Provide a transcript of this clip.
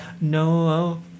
no